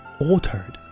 altered